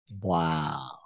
Wow